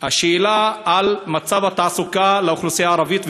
השאלה על מצב התעסוקה לאוכלוסייה הערבית,